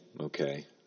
Okay